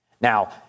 Now